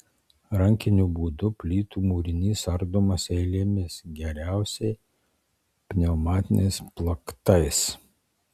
rankiniu būdu plytų mūrinys ardomas eilėmis geriausia pneumatiniais plaktais